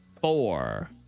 four